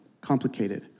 complicated